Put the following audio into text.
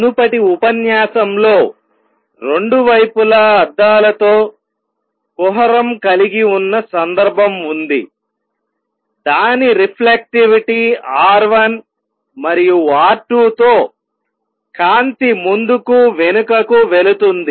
మునుపటి ఉపన్యాసం లో రెండు వైపులా అద్దాలతో కుహరం కలిగి ఉన్న సందర్భం ఉంది దాని రిఫ్లెక్టివిటి R1 మరియు R2 తో కాంతి ముందుకు వెనుకకు వెళుతుంది